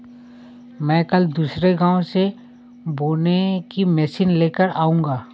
मैं कल दूसरे गांव से बोने की मशीन लेकर आऊंगा